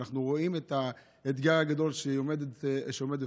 ואנחנו רואים את האתגר הגדול שעומד בפנינו,